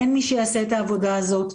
אין מי שיעשה את העבודה הזאת.